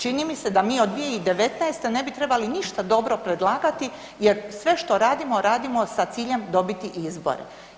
Čini mi se da mi od 2019. ne bi trebali ništa dobro predlagati jer sve što radimo, radimo sa ciljem dobiti izbore.